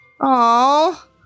Aw